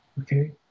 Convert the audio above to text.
Okay